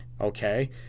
okay